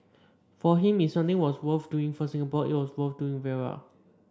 for him if something was worth doing for Singapore it was worth doing very well